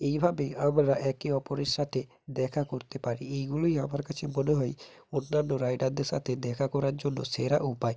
এইভাবেই আমরা একে অপরের সাথে দেখা করতে পারি এইগুলোই আমার কাছে মনে হয় অন্যান্য রাইডারদের সাথে দেখা করার জন্য সেরা উপায়